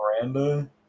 Miranda